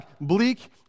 bleak